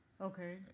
Okay